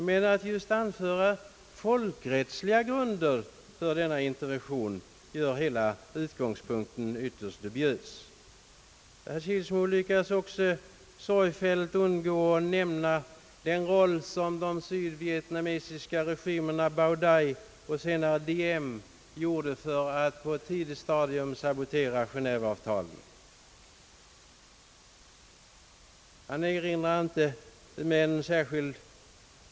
Men att just anföra folkrättsliga grunder för denna intervention gör utgångspunkten ytterst dubiös. Herr Kilsmo lyckades också sorgfälligt undgå att nämna den roll som de sydvietnamesiska regimerna Bao Dai och Diem på ett tidigt stadium gjorde för att sabotera Genéveavtalet.